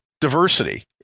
diversity